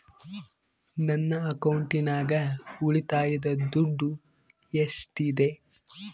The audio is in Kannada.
ನನ್ನ ಅಕೌಂಟಿನಾಗ ಉಳಿತಾಯದ ದುಡ್ಡು ಎಷ್ಟಿದೆ?